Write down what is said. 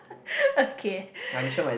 okay